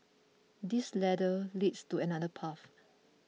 this ladder leads to another path